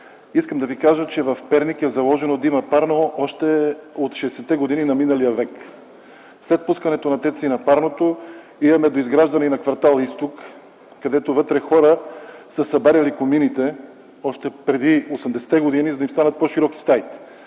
Искам да Ви кажа, че в Перник е заложено да има парно още от 60-те години на миналия век. След пускането на ТЕЦ-а и на парното имаме доизграждане и на кв. „Изток”, където хора са събаряли комините още преди 80-те години, за да им станат по-широки стаите.